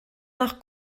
nach